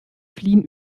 fliehen